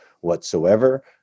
whatsoever